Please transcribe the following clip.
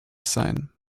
sein